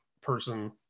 person